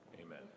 Amen